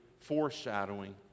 foreshadowing